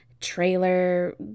trailer